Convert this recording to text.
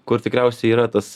kur tikriausiai yra tas